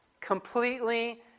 completely